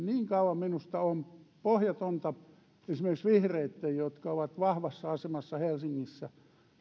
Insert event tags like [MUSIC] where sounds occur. [UNINTELLIGIBLE] niin kauan minusta on pohjatonta esimerkiksi vihreitten jotka ovat vahvassa asemassa helsingissä